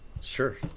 Sure